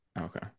Okay